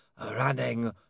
running